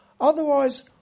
Otherwise